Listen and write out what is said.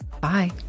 Bye